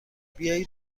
بیایید